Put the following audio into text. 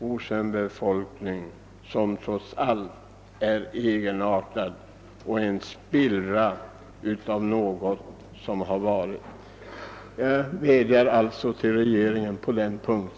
Det gäller ett folk, som trots allt är egenartat och en spillra av något som har varit. Jag vädjar alltså till regeringen på den punkten.